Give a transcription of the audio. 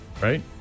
Right